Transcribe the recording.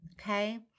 Okay